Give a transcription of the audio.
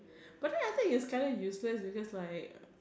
but then I thought it's kinda useless because like